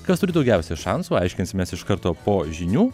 kas turi daugiausia šansų aiškinsimės iš karto po žinių